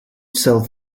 sell